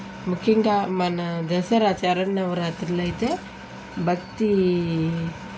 ముఖ్యంంగా మన దసరా శరన్ నవరాత్రులయితే భక్తి